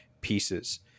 pieces